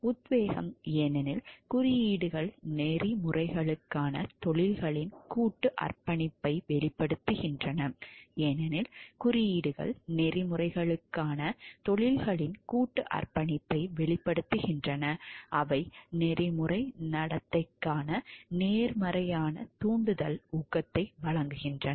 உத்வேகம் ஏனெனில் குறியீடுகள் நெறிமுறைகளுக்கான தொழில்களின் கூட்டு அர்ப்பணிப்பை வெளிப்படுத்துகின்றன ஏனெனில் குறியீடுகள் நெறிமுறைகளுக்கான தொழில்களின் கூட்டு அர்ப்பணிப்பை வெளிப்படுத்துகின்றன அவை நெறிமுறை நடத்தைக்கான நேர்மறையான தூண்டுதல் ஊக்கத்தை வழங்குகின்றன